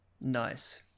nice